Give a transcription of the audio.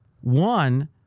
One